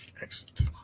Excellent